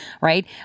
right